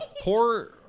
poor